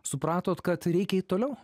supratot kad reikia eit toliau